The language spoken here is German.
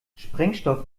sprengstoff